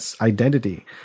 identity